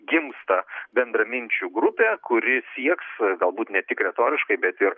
gimsta bendraminčių grupė kuri sieks galbūt ne tik retoriškai bet ir